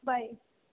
bye